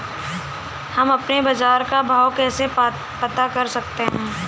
हम अपने बाजार का भाव कैसे पता कर सकते है?